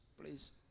please